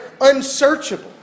unsearchable